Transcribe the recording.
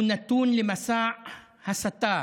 הוא נתון למסע הסתה